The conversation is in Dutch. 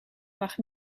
mag